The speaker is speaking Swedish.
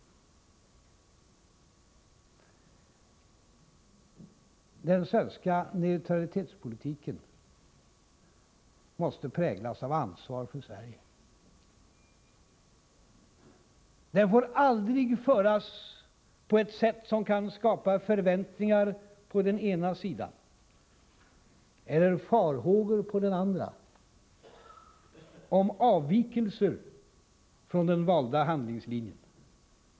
Den svenska neutralitetspolitiken måste präglas av ansvar för Sverige. Den får aldrig föras på ett sätt som kan skapa förväntningar på den ena sidan eller farhågor på den andra om avvikelser från den valda handlingslinjen.